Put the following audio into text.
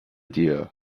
dear